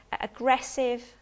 aggressive